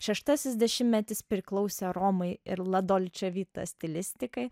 šeštasis dešimtmetis priklausė romai ir la dolče vita stilistikai